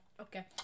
Okay